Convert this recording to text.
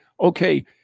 okay